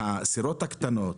שהסירות הקטנות,